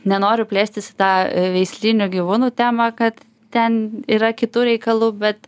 nenoriu plėstis į tą veislinių gyvūnų temą kad ten yra kitų reikalų bet